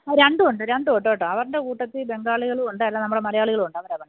ആ രണ്ടും ഒണ്ട് രണ്ടും ഒണ്ട് കേട്ടോ അവരുടെ കൂട്ടത്തിൽ ബംഗാളികളും ഉണ്ട് അല്ലാതെ മലയാളികളും ഉണ്ട് അവരാണ് പണിയുന്നത്